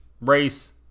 race